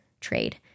trade